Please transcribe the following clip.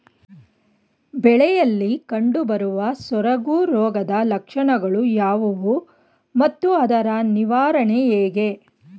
ಬೆಳೆಯಲ್ಲಿ ಕಂಡುಬರುವ ಸೊರಗು ರೋಗದ ಲಕ್ಷಣಗಳು ಯಾವುವು ಮತ್ತು ಅದರ ನಿವಾರಣೆ ಹೇಗೆ?